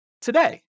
today